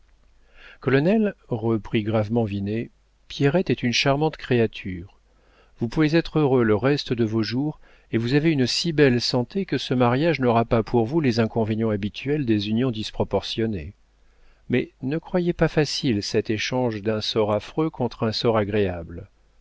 colonel colonel reprit gravement vinet pierrette est une charmante créature vous pouvez être heureux le reste de vos jours et vous avez une si belle santé que ce mariage n'aura pas pour vous les inconvénients habituels des unions disproportionnées mais ne croyez pas facile cet échange d'un sort affreux contre un sort agréable